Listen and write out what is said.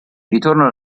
ritorno